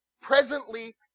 Presently